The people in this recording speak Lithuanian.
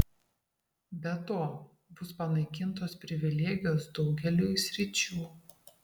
be to bus panaikintos privilegijos daugeliui sričių